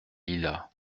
lilas